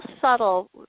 subtle